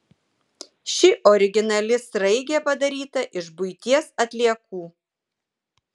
ši originali sraigė padaryta iš buities atliekų